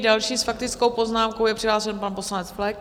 Další s faktickou poznámkou se přihlásil pan poslanec Flek.